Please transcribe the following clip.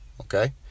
okay